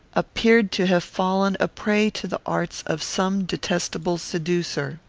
appeared to have fallen a prey to the arts of some detestable seducer.